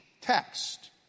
text